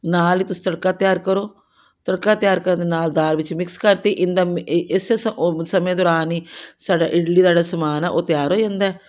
ਨਾਲ ਹੀ ਤੁਸੀਂ ਤੜਕਾ ਤਿਆਰ ਕਰੋ ਤੜਕਾ ਤਿਆਰ ਕਰਨ ਦੇ ਨਾਲ ਦਾਲ ਵਿੱਚ ਮਿਕਸ ਕਰਤੀ ਇਨ ਦਾ ਮੀ ਇਹ ਇਸੇ ਉਹ ਸਮੇਂ ਦੌਰਾਨ ਹੀ ਸਾਡਾ ਇਡਲੀ ਦਾ ਜਿਹੜਾ ਸਮਾਨ ਆ ਉਹ ਤਿਆਰ ਹੋ ਜਾਂਦਾ